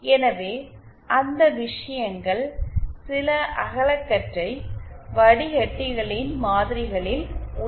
எனவே அந்த விஷயங்கள் சில அகலகற்றை வடிகட்டிகளின் மாதிரிகளில் உள்ளடக்கப்பட்டிருக்கும்